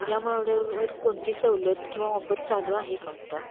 या मॉडेलवर कोणती सवलत किंवा ऑफर चालू आहे का आता